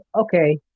okay